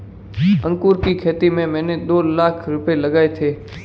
अंगूर की खेती में मैंने दो लाख रुपए लगाए थे